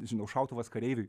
nežinau šautuvas kareiviui